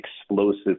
explosive